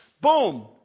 boom